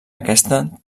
aquesta